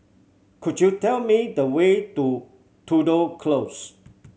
could you tell me the way to Tudor Close